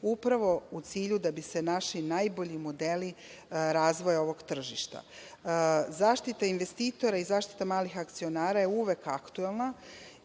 upravo u cilju da bi se naši najbolji modeli razvoja ovog tržišta.Zaštita investitora i zaštita malih akcionara je uvek aktuelna,